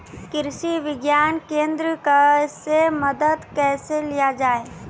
कृषि विज्ञान केन्द्रऽक से मदद कैसे लिया जाय?